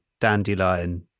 dandelion